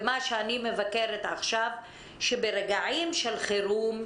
מה שאני מבקרת עכשיו, שברגעים של חירום,